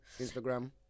Instagram